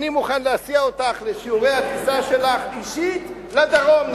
אני מוכן להסיע אותך לשיעורי הטיסה שלך אישית לדרום.